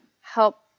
help